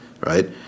right